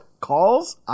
Calls